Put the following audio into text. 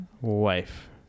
wife